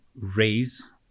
raise